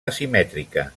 asimètrica